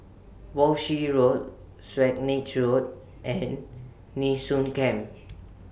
Walshe Road Road and Nee Soon Camp